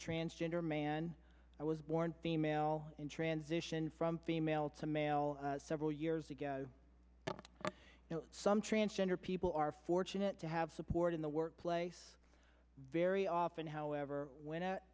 transgender man i was born female and transition from female to male several years ago now some transgender people are fortunate to have support in the workplace very often however when